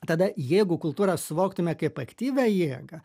tada jeigu kultūrą suvoktume kaip aktyvią jėgą